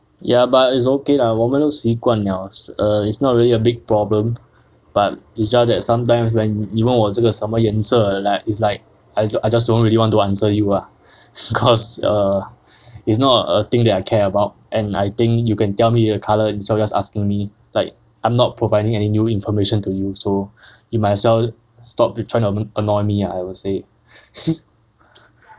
ya but is okay lah 我们都习惯 liao err it's not really a big problem but it's just that sometimes when 你问我这个什么颜色 like it's like I just don't really want to answer you ah because it's not a thing I care about and I think you can tell me a coloured instead of just asking me like I'm not providing any new information to you so you might as well stop trying to annoy me lah I would say